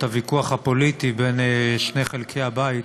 הוויכוח הפוליטי בין שני חלקי הבית,